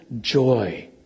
joy